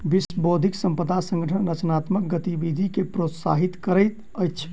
विश्व बौद्धिक संपदा संगठन रचनात्मक गतिविधि के प्रोत्साहित करैत अछि